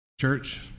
Church